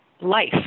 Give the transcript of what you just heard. life